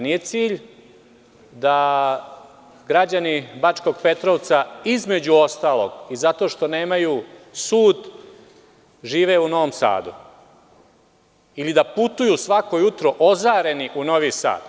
Nije cilj da građani Bačkom Petrovca između ostalog i zato što nemaju sud žive u Novom Sadu ili da putuju svako jutro ozareni u Novi Sad.